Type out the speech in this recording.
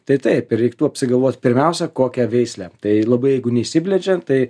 tai taip ir reiktų apsigalvot pirmiausia kokią veislę tai labai jeigu neišsiplečiant tai